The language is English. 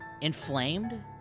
inflamed